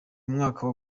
umwaka